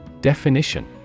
Definition